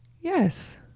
yes